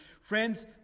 Friends